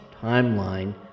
timeline